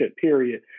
period